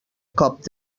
colp